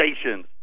stations